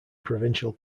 provincial